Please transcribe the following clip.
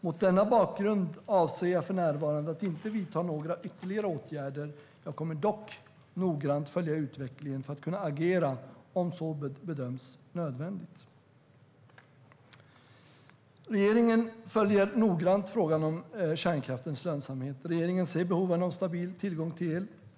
Mot denna bakgrund avser jag för närvarande att inte vidta några ytterligare åtgärder. Jag kommer dock noggrant att följa utvecklingen för att kunna agera om så bedöms nödvändigt. Regeringen följer noggrant frågan om kärnkraftens lönsamhet. Regeringen ser behoven av stabil tillgång till el.